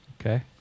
Okay